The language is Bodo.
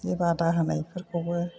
बे बादा होनायफोरखौबो